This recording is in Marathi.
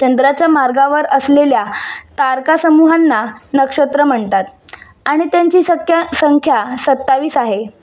चंद्राच्या मार्गावर असलेल्या तारकासमूहांना नक्षत्र म्हणतात आणि त्यांची सक्या संख्या सत्तावीस आहे